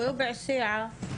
ולא ראינו אותו,